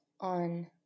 on